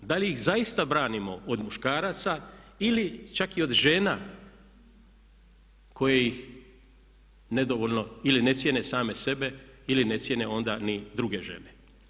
Da li ih zaista branimo od muškaraca ili čak i od žena koje ih nedovoljno ili ne cijene same sebe ili ne cijene onda ni druge žene?